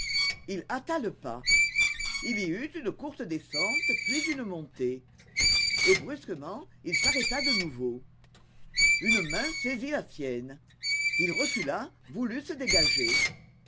il hâta le pas il y eut une courte descente puis une montée et brusquement il s'arrêta de nouveau une main saisit la sienne il recula voulut se dégager